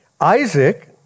Isaac